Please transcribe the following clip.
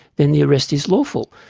then the arrest is lawful.